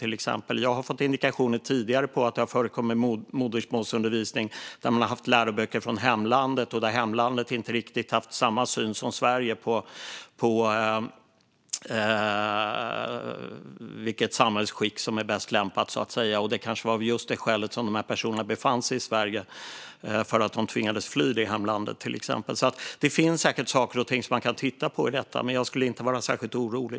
Jag har tidigare fått indikationer på att det förekommit modersmålsundervisning där man haft läroböcker från hemlandet och hemlandet inte har riktigt samma syn som Sverige på vilket samhällsskick som är mest lämpligt. Det kanske är av just det skälet som de här personerna befinner sig i Sverige - för att de tvingades fly hemlandet. Det finns säkert saker och ting som man kan titta på i detta, men jag skulle inte vara särskilt orolig.